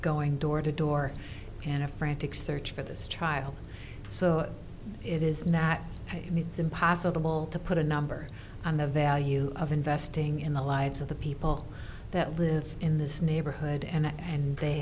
going door to door and a frantic search for this child so it is not and it's impossible to put a number on the value of investing in the lives of the people that live in this neighborhood and